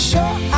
Sure